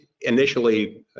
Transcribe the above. initially